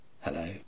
Hello